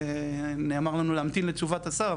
נאמר לנו להמתין לתשובת השר,